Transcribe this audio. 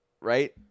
right